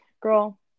girl